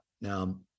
Now